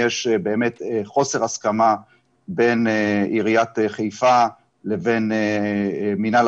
יש באמת חוסר הסכמה בין עיריית חיפה לבין מינהל